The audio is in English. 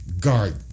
Guard